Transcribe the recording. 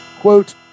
quote